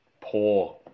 poor